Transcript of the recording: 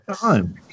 time